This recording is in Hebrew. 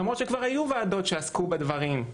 למרות שכבר היו ועדות שעסקו בנושאים האלה.